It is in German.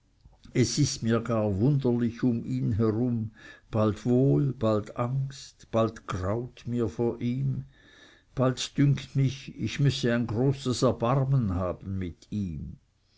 es ist mir gar wunderlich um ihn herum bald wohl bald angst bald graut mir vor ihm bald dünkt mich ich müsse ein großes erbarmen haben mit ihm